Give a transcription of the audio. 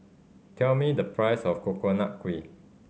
tell me the price of Coconut Kuih